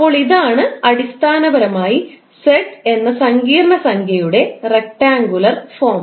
അപ്പോൾ ഇതാണ് അടിസ്ഥാനപരമായി z എന്ന സങ്കീർണ്ണ സംഖ്യയുടെ റക്റ്റാങ്കുലർ ഫോം